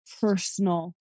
personal